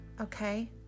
Okay